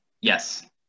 yes